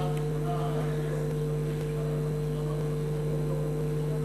יכולה ועדת הכנסת לבקש ועדת חקירה ממלכתית,